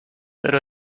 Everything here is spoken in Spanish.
pero